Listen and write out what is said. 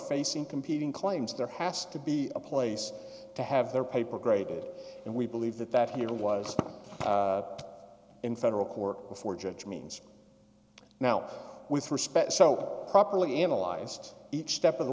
facing competing claims there has to be a place to have their paper graded and we believe that that era was in federal court before judge means now with respect so properly analyze each step of the